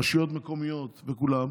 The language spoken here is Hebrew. הרשויות המקומיות וכולם